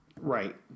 Right